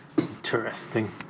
interesting